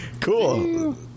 Cool